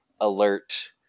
alert